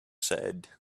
said